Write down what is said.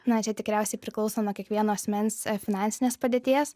na čia tikriausiai priklauso nuo kiekvieno asmens finansinės padėties